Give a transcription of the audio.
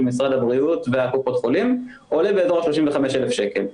משרד הבריאות וקופות החולים עולה באזור ה-35,000 שקל.